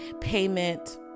payment